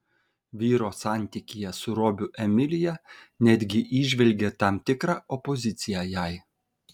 vyro santykyje su robiu emilija netgi įžvelgė tam tikrą opoziciją jai